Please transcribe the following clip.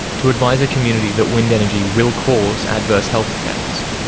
to advise a community that wind energy will cause adverse health effects,